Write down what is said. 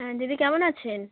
হ্যাঁ দিদি কেমন আছেন